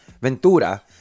Ventura